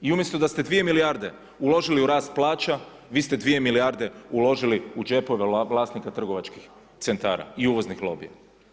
I umjesto da ste 2 milijarde uložili u rast plaća vi ste 2 milijarde uložili u džepove vlasnika trgovačkih centara i uvoznih lobija.